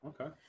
Okay